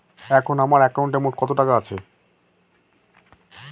এখন আমার একাউন্টে মোট কত টাকা আছে?